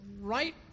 right